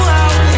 out